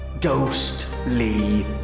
Ghostly